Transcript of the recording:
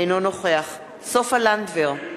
אינו נוכח סופה לנדבר,